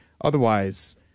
Otherwise